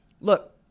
Look